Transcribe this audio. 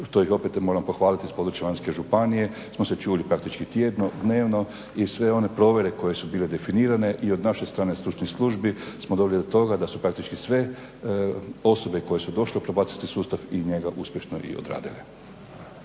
to ih opet moram pohvaliti iz područja …/Govornik se ne razumije./… smo se čuli praktički tjedno, dnevno i sve one provjere koje su bile definirane i od naše strane stručnih službi smo doveli do toga da su praktički sve osobe koje su došle u probacijski sustav i njega uspješno i odradile.